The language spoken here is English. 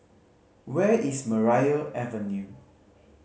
where is Maria Avenue